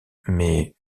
mais